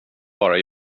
bara